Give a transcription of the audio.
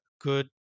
good